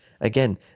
Again